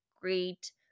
great